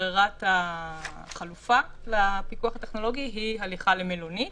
ברירת החלופה לפיקוח הטכנולוגי היא הליכה למלונית,